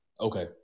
Okay